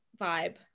vibe